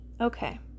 Okay